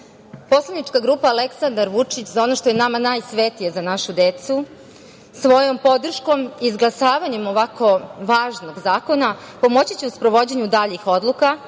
poslanička grupa Aleksandar Vučić – za ono što je nama najsvetije, Za našu decu, svojom podrškom i izglasavanjem ovako važnog zakona pomoći će u sprovođenju daljih odluka,